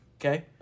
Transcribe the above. okay